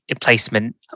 placement